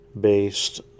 based